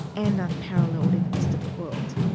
and unparalleled in the rest of the world.